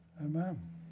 Amen